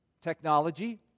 Technology